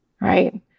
right